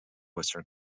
western